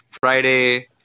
Friday